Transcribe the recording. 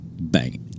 bang